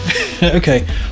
okay